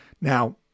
Now